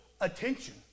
attention